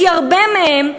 כי הרבה מהם,